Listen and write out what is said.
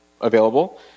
available